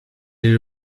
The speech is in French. les